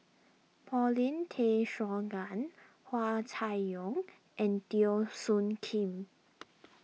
Paulin Tay Straughan Hua Chai Yong and Teo Soon Kim